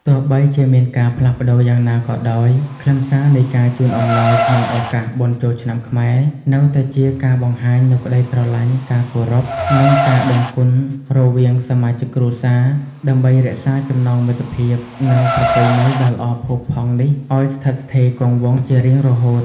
ទោះបីជាមានការផ្លាស់ប្តូរយ៉ាងណាក៏ដោយ ខ្លឹមសារនៃការជូនអំណោយក្នុងឱកាសបុណ្យចូលឆ្នាំខ្មែរនៅតែជាការបង្ហាញនូវក្តីស្រឡាញ់ ការគោរព និងការដឹងគុណរវាងសមាជិកគ្រួសារ ដើម្បីរក្សាចំណងមិត្តភាព និងប្រពៃណីដ៏ល្អផូរផង់នេះឱ្យស្ថិតស្ថេរគង់វង្សជារៀងរហូត។